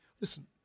Listen